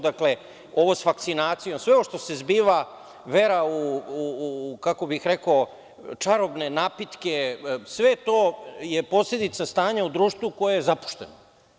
Dakle, ovo sa vakcinacijom i sve ovo što se zbiva, vera u čarobne napitke, sve je to posledica stanja u društvu koje je zapušteno.